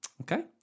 okay